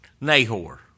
Nahor